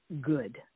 good